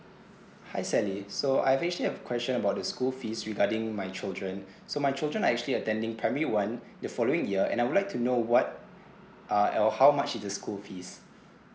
hi sally so I actually have question about the school fees regarding my children so my children are actually attending primary one the following year and I would like to know what uh or how much the school fees